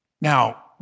Now